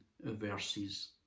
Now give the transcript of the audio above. verses